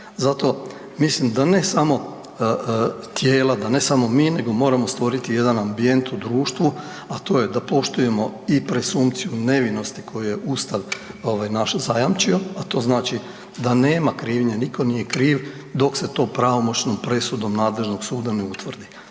Zato mislim da ne samo tijela, da ne samo mi nego moramo stvoriti jedan ambijent u društvu, a to je da poštujemo i presumpciju nevinosti koju je Ustav naš zajamčio, a to znači da nema krivnje, nitko nije kriv dok se to pravomoćnom presudom nadležnog suda ne utvrdi.